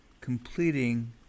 completing